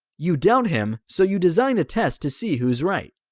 you doubt him so you design a test to see who's right.